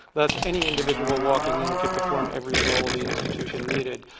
that's any individual walking in could perform every role the institution needed.